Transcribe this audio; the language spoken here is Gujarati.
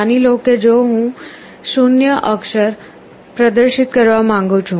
માની લો કે જો હું 0 અક્ષર પ્રદર્શિત કરવા માંગુ છું